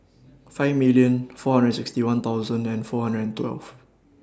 five million four hundred sixty one thousand and four hundred and twelve